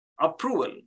approval